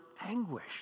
anguish